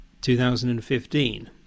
2015